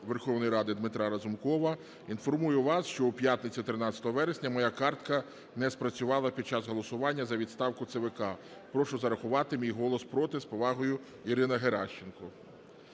Верховної Ради Дмитра Разумкова. "Інформую вас, що в п'ятницю 13 вересня моя картка не спрацювала під час голосування за відставку ЦВК, прошу зарахувати мій голос проти. З повагою Ірина Геращенко".